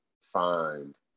find